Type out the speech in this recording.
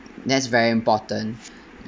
that's very important